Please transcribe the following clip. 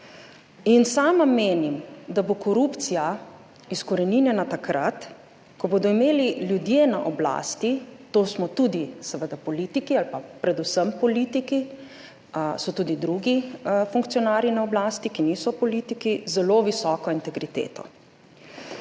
In sama menim, da bo korupcija izkoreninjena takrat, ko bodo imeli ljudje na oblasti, to smo tudi seveda politiki ali pa predvsem politiki, so tudi drugi funkcionarji na oblasti, ki niso politiki, zelo visoko integriteto.